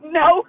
no